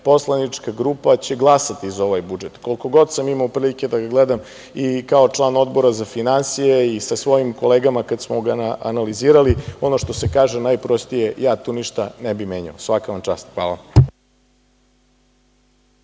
poslanička grupa će glasati za ovaj budžet. Koliko god sam imao prilike da ga gledam i kao član Odbora za finansije i sa svojim kolegama kada smo ga analizirali, ono što se kaže najprostije, ja tu ništa ne bih menjao. Svaka vam čast. Hvala.